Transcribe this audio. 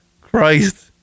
Christ